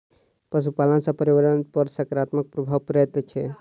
पशुपालन सॅ पर्यावरण पर साकारात्मक प्रभाव पड़ैत छै